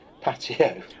patio